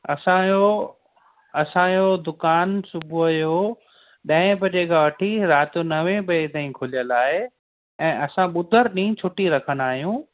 असांजो असांजो दुकान सुबुह जो ॾहें बजे खां वठी राति जो नवें बजे ताईं खुलियल आहे ऐं असां ॿुधर ॾींहुं छुट्टी रखंदा आहियूं